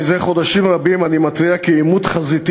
זה חודשים רבים אני מתריע כי עימות חזיתי